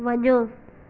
वञो